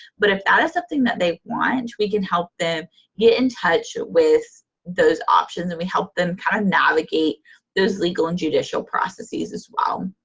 but if that is something that they want, and we can help them get in touch with those options, and we help them kind of navigate those legal and judicial processes as well.